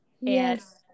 Yes